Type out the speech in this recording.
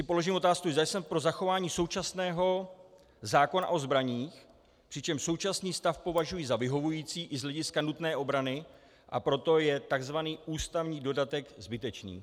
Položím si otázku, zda jsem pro zachování současného zachování zákona o zbraních, přičemž současný stav považuji za vyhovující i z hlediska nutné obrany, a proto je tzv. ústavní dodatek zbytečný.